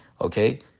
okay